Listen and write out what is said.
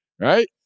right